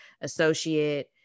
associate